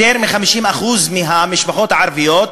יותר מ-50% מהמשפחות הן עניות.